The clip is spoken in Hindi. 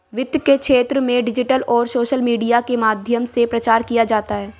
वित्त के क्षेत्र में डिजिटल और सोशल मीडिया के माध्यम से प्रचार किया जाता है